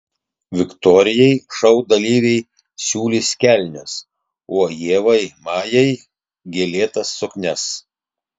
viktorijai šou dalyviai siūlys kelnes o ievai majai gėlėtas suknias